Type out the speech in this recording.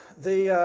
the